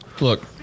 look